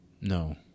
No